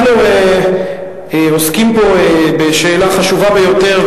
אנחנו עוסקים פה בשאלה חשובה ביותר,